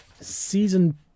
Season